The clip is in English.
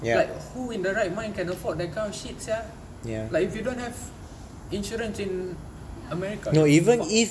like who in their right mind can afford that kind of shit sia like if you don't have insurance in america you are fucked